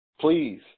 Please